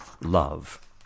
love